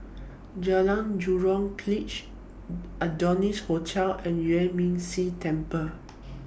Jalan Jurong Adonis Hotel and Yuan Ming Si Temple